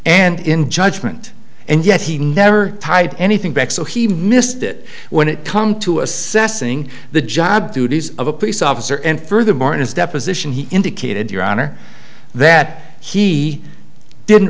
and in judgment and yet he never tied anything back so he missed it when it come to assessing the job duties of a police officer and furthermore in his deposition he indicated your honor that he didn't